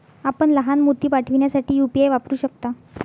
आपण लहान मोती पाठविण्यासाठी यू.पी.आय वापरू शकता